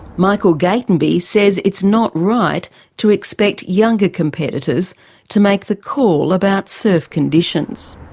michael gatenby says it's not right to expect younger competitors to make the call about surf conditions.